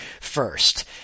first